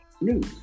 News